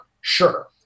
Sure